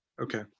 okay